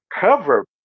cover